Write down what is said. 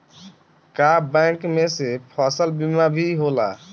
का बैंक में से फसल बीमा भी होला?